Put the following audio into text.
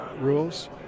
rules